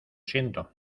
siento